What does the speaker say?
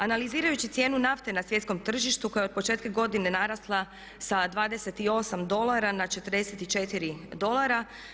Analizirajući cijenu nafte na svjetskom tržištu koja je od početka godine narasla sa 28 dolara na 44 dolara.